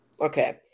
Okay